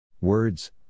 Words